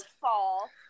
fall